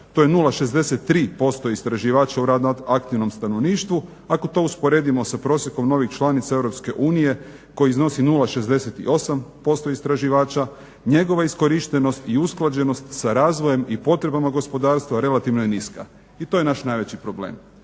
to je 0,63% istraživača u radno aktivnom stanovništvu. Ako to usporedimo sa prosjekom novih članica Europske unije koji iznosi 0,68% istraživača njegova iskorištenost i usklađenost sa razvojem i potrebama gospodarstva relativno je niska i to je naš najveći problem.